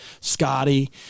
Scotty